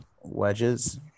Wedges